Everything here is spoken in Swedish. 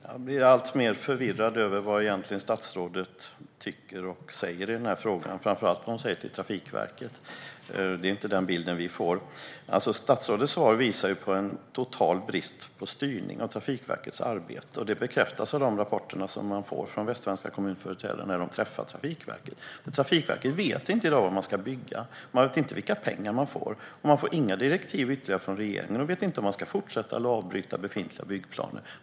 Fru talman! Jag blir alltmer förvirrad över vad statsrådet egentligen tycker och säger i den här frågan, framför allt vad hon säger till Trafikverket. Det är inte den bilden vi får. Statsrådets svar visar på en total brist på styrning av Trafikverkets arbete, och det bekräftas av de rapporter vi får från västsvenska kommunföreträdare när de träffat Trafikverket. Trafikverket vet inte i dag vad man ska bygga. Man vet inte vilka pengar man får, och man får inga ytterligare direktiv från regeringen. Man vet inte om man ska fortsätta eller avbryta befintliga byggplaner.